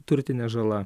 turtinė žala